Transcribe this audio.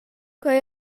quei